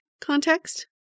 context